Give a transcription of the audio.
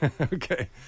okay